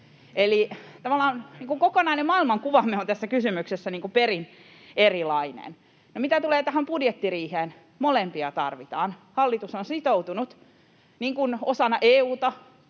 kokonainen maailmankuvamme on tässä kysymyksessä perin erilainen. No, mitä tulee tähän budjettiriiheen, niin molempia tarvitaan. Hallitus on sitoutunut osana EU:ta